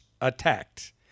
attacked